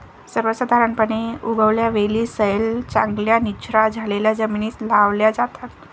सर्वसाधारणपणे, उगवत्या वेली सैल, चांगल्या निचरा झालेल्या जमिनीत लावल्या जातात